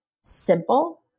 simple